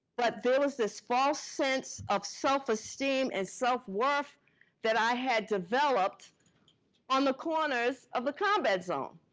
but there was this false sense of self-esteem and self-worth that i had developed on the corners of the combat zone.